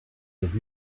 did